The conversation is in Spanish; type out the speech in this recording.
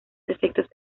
efectos